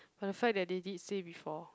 but the fact that they did say before